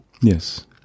Yes